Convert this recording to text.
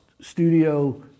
studio